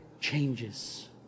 changes